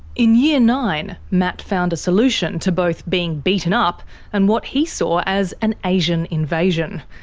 in year nine, matt found a solution to both being beaten up and what he saw as an asian invasion.